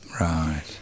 Right